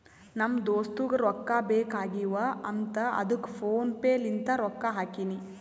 ನಮ್ ದೋಸ್ತುಗ್ ರೊಕ್ಕಾ ಬೇಕ್ ಆಗೀವ್ ಅಂತ್ ಅದ್ದುಕ್ ಫೋನ್ ಪೇ ಲಿಂತ್ ರೊಕ್ಕಾ ಹಾಕಿನಿ